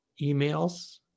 emails